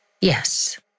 Yes